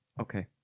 Okay